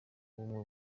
w’ubumwe